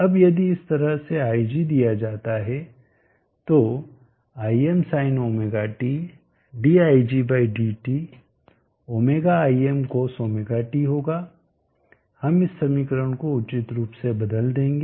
अब यदि इस तरह से ig दिया जाता है तो Imsinωt digdt ωImcosωt होगा हम इस समीकरण को उचित रूप से बदल देंगे